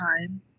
time